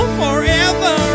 forever